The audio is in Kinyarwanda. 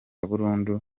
burundu